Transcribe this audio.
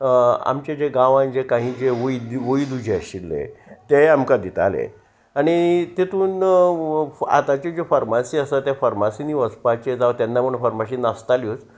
आमचे जे गांवान जे काही ज वैद वैद जे आशिल्ले ते आमकां दिताले आनी तेतून आतांच्यो ज्यो फार्मासी आसा त्या फार्मासीनी वचपाचें जावं तेन्ना म्हूण फार्मासी नासताल्योच